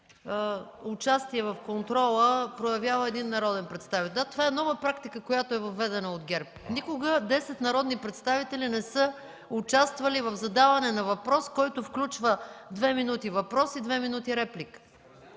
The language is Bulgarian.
участие в контрола проявява един народен представител. (Реплики от ГЕРБ.) Да, това е нова практика, която е въведена от ГЕРБ. Никога 10 народни представители не са участвали в задаване на въпрос, който включва 2 мин. въпрос и 2 мин. реплика.